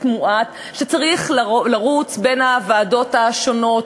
מועט צריכים לרוץ בין הוועדות השונות,